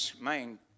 main